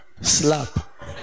slap